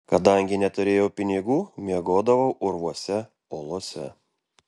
kadangi neturėjau pinigų miegodavau urvuose olose